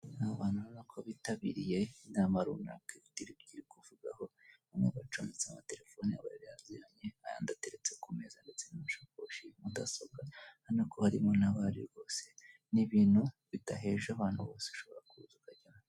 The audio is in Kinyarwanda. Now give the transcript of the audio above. Ni abantu ubona ko bitabiriye inama runaka ifite ibyo iri kuvugaho bamwe bacometse amatelefoni yari yazimye, ayandi ateretse ku meza ndetse n'amashakoshi, mudasobwa, urabona ko harimo n'abari bose n'ibintu bidaheje abantu bose ushobora kuza ukajyayo.